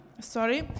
Sorry